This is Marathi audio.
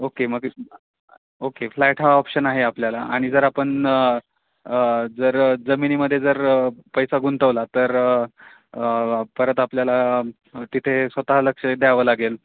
ओके मग ओके फ्लॅट हा ऑप्शन आहे आपल्याला आणि जर आपण जर जमिनीमध्ये जर पैसा गुंतवला तर परत आपल्याला तिथे स्वतः लक्ष द्यावं लागेल